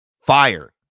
fire